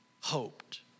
hoped